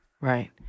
Right